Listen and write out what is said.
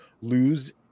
lose